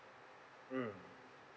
mm